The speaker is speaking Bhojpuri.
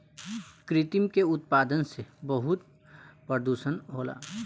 कृत्रिम के उत्पादन से बहुत प्रदुषण होला